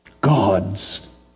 God's